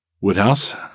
Woodhouse